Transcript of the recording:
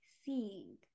seeing